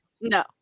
No